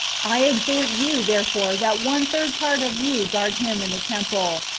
i exhort you therefore that one-third part of you guard him in the temple,